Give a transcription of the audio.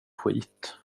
skit